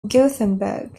gothenburg